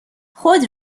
خود